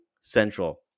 Central